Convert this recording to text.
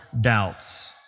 doubts